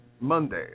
Monday